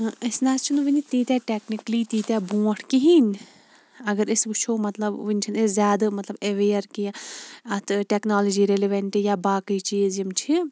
أسۍ نہ حظ چھِ نہٕ وٕنہِ تیٖتیاہ ٹیٚکنِکَلی تیٖتیاہ بونٛٹھ کِہیٖنۍ اَگَر أسۍ وٕچھو مَطلَب وٕنہِ چھِ نہٕ أسۍ زیادٕ مَطلَب ایٚوِیَر کینٛہہ اتھ ٹیٚکنالجی رِلِویٚنٹ یا باقٕے چیٖز یِم چھِ